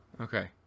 Okay